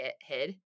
head